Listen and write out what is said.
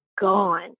gone